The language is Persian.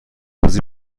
بازی